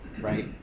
right